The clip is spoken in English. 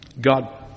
God